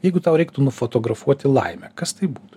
jeigu tau reiktų nufotografuoti laimę kas tai būtų